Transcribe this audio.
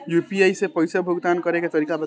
UPI से पईसा भुगतान करे के तरीका बताई?